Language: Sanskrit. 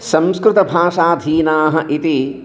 संस्कृतभाषाधीनाः इति